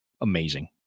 amazing